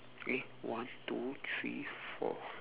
eh one two three four